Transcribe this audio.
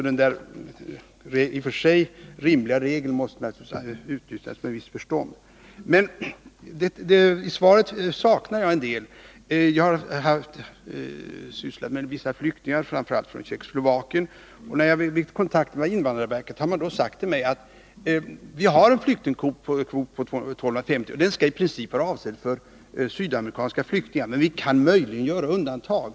Denna i och för sig rimliga regel måste naturligtvis utnyttjas med visst förstånd. I svaret saknar jag en del. Jag har sysslat med flyktingfrågor, framför allt avseende flyktingar från Tjeckoslovakien, och vid kontakterna med invandrarverket har man sagt till mig att vi har en flyktingkvot på 1250, som i princip skall vara avsedd för sydamerikanska flyktingar men att man möjligen kan göra undantag.